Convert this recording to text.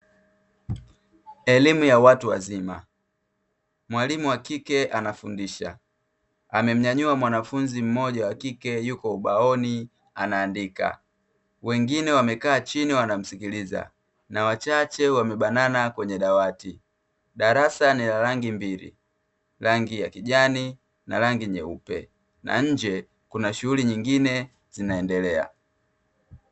Elimu ya watu wazima. Mwalimu wa kike anafundisha, amemnyanyua mwanafunzi mmoja wa kike yupo ubaoni anaandika. Wengine wamekaa chini wanamsikiliza, na wachache wamebanana kwenye dawati. Darasa ni la rangi mbili: rangi ya kijani na rangi nyeupe. Na nje kuna shughuli nyingine zinaendelea.